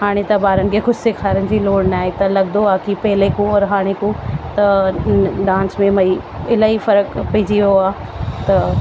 हाणे त ॿारनि खे कुछ सेखारण जी लोड़ न आहे त लगंदो आहे की पहिरीं को हाणे को त डांस में भई इलाही फ़रकु पइजी वियो आहे त